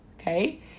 Okay